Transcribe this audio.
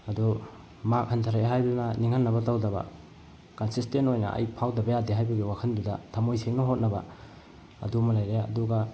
ꯑꯗꯨ ꯃꯥꯛ ꯍꯟꯊꯔꯦ ꯍꯥꯏꯗꯨꯅ ꯅꯤꯡꯍꯟꯅꯕ ꯇꯧꯗꯕ ꯀꯟꯁꯤꯁꯇꯦꯟ ꯑꯣꯏꯅ ꯑꯩ ꯐꯥꯎꯗꯕ ꯌꯥꯗꯦ ꯍꯥꯏꯕꯒꯤ ꯋꯥꯈꯜꯗꯨꯗ ꯊꯝꯃꯣꯏ ꯁꯦꯡꯅ ꯍꯣꯠꯅꯕ ꯑꯗꯨ ꯑꯃ ꯂꯩꯔꯦ ꯑꯗꯨꯒ